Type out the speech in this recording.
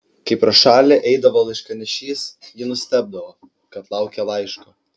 kai pro šalį eidavo laiškanešys ji nustebdavo kad laukia laiško